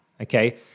okay